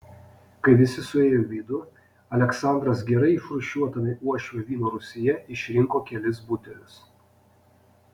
kai visi suėjo į vidų aleksandras gerai išrūšiuotame uošvio vyno rūsyje išrinko kelis butelius